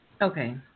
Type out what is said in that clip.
Okay